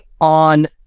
on